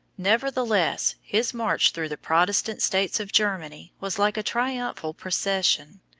nevertheless his march through the protestant states of germany was like a triumphal procession,